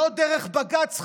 ולא דרך בג"ץ,